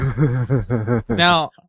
Now